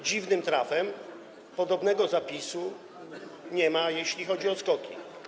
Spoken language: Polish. Dziwnym trafem podobnego zapisu nie ma, jeśli chodzi o SKOK-i.